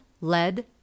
lead